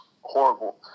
horrible